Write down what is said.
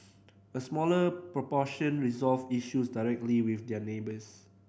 a smaller proportion resolved issues directly with their neighbours